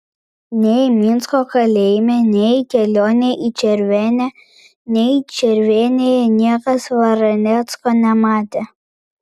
nei minsko kalėjime nei kelionėje į červenę nei červenėje niekas varanecko nematė